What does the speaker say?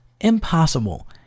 Impossible